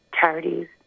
charities